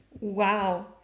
Wow